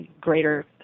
greater